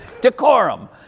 Decorum